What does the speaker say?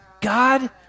God